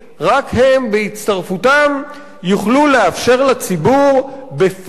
רק הם בהצטרפותם יוכלו לאפשר לציבור בפועל